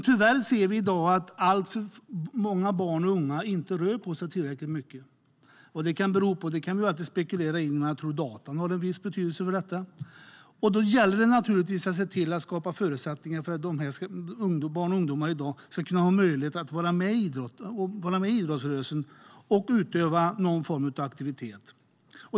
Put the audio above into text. Tyvärr ser vi att alltför många barn och unga inte rör på sig tillräckligt mycket i dag. Vi kan spekulera i vad det kan bero på. Jag tror att datorn har en viss betydelse i sammanhanget. Då gäller det att skapa förutsättningar för barn och ungdomar i dag att kunna vara med i idrottsrörelsen och utöva någon form av aktivitet.